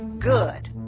good!